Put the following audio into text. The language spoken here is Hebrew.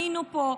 היינו פה.